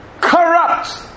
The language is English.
corrupt